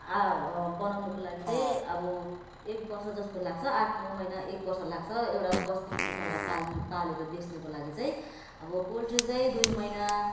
बनाउनुको लागि चाहिँ अब एक वर्ष जस्तो लाग्छ आठ नौ महिना एक वर्ष लाग्छ एउटा बस्तीको कुखुरालाई पाल्नु पालेर बेच्नुको लागि चाहिँ अब पोल्ट्री चाहिँ दुई महिना